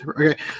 Okay